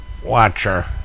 Watcher